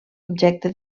objecte